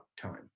time